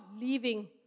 leaving